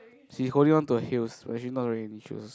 she holding on to her heels but she's not wearing any shoes